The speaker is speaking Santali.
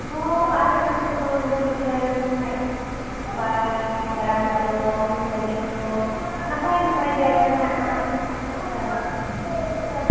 ᱦᱚᱭ ᱟᱞᱮ ᱱᱚᱛᱮ ᱨᱮᱫᱚ ᱧᱮᱞᱡᱚᱝ ᱡᱟᱭᱜᱟ ᱠᱚ ᱢᱮᱱᱟᱜ ᱜᱮᱭᱟ ᱠᱚᱯᱟᱭ ᱧᱮᱞ ᱚᱝ ᱞᱟᱜᱤᱫ ᱫᱚ ᱱᱟᱯᱟᱭ ᱱᱟᱯᱟᱭ ᱡᱟᱭᱜᱟ ᱢᱮᱱᱟᱜᱼᱟ ᱦᱚᱸ